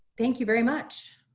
thank you very much.